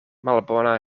malbona